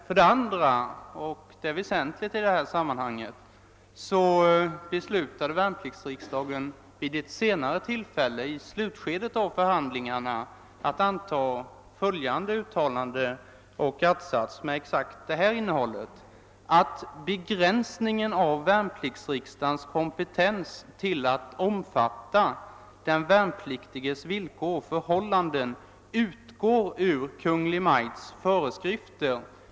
För det andra — och det är väsentligt i detta sammanhang — beslöt värnpliktsriksdagen i slutskedet av förhandlingarna att anta ett uttalande i vilket följande att-sats ingick: »att begränsningen av ”värnpliktsriksdagens” kompetens till att omfatta ”den värnpliktiges villkor och förhållanden” utgår ur Kungl. Maj:ts föreskrifter«.